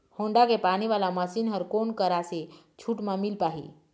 Honda के पानी वाला मशीन हर कोन करा से छूट म मिल पाही?